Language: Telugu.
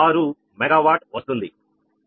6 మెగావాట్ వస్తుంది